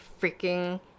freaking